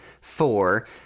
four